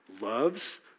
loves